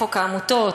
חוק העמותות,